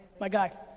my guy.